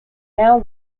now